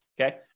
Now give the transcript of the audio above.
Okay